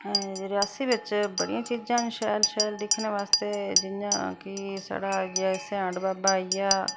रियासी बिच बड़ियां चीजां न शैल शैल दिक्खदे वास्तै जि'यां कि साढ़ा स्याढ़ बाबा आई गेआ